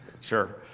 sure